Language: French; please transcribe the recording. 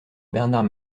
bernard